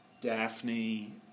Daphne